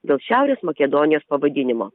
dėl šiaurės makedonijos pavadinimo